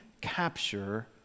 capture